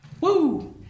Woo